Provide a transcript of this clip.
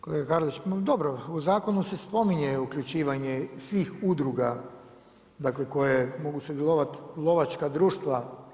Kolega Karlić, dobro u zakonu se spominje uključivanje svih udruga dakle koje mogu sudjelovati lovačka društva.